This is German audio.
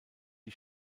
die